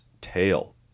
Tail